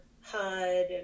HUD